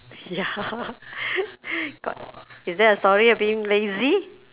ya got is there a story you're being lazy